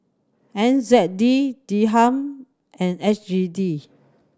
N Z D Dirham and S G D